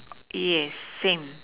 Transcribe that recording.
yes same